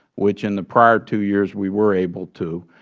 which in the prior two years we were able to.